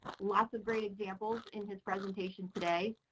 lots of great examples in his presentation today,